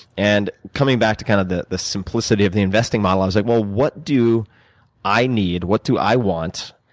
and coming back to kind of the the simplicity of the investing model, i was like, well, what do i need? what do i want?